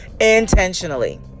intentionally